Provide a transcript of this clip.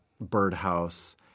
birdhouse